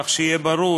כך שיהיה ברור